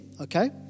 okay